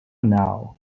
now